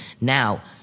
Now